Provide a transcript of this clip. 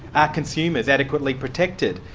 are consumers adequately protected?